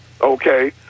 Okay